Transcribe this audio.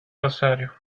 rosario